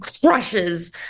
crushes